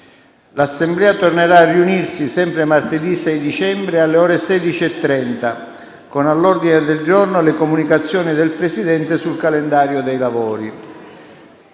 L'Assemblea tornerà a riunirsi sempre martedì 6 dicembre, alle ore 16,30, con all'ordine del giorno le comunicazioni del Presidente sul calendario dei lavori.